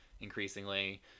increasingly